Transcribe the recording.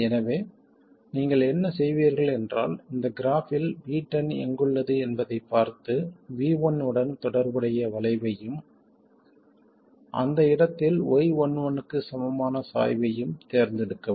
எனவே நீங்கள் என்ன செய்வீர்கள் என்றால் இந்த கிராஃப்பில் V10 எங்குள்ளது என்பதைப் பார்த்து V1 உடன் தொடர்புடைய வளைவையும் அந்த இடத்தில் y11 க்கு சமமான சாய்வையும் தேர்ந்தெடுக்கவும்